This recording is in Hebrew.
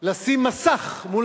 לשים מסך מול